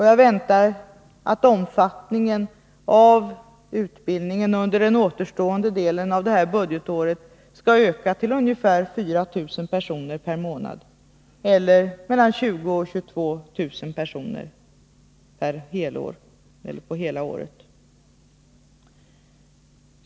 Jag väntar att omfattningen av utbildningen under den återstående delen av det här budgetåret skall öka till ungefär 4 000 personer per månad eller mellan 20 000 och 22 000 personer på hela året.